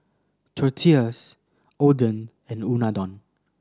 Tortillas Oden and Unadon